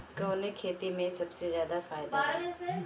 कवने खेती में सबसे ज्यादा फायदा बा?